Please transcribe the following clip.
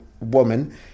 woman